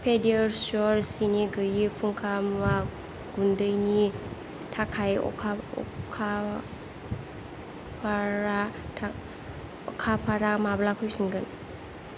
पेडियर्स्वर सिनि गैयि फुंखा मुवा गुन्दैनि थाखाय अखा अखा अफारा अखाफारा माब्ला फैफिनगोन